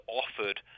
offered